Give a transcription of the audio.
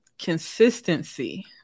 consistency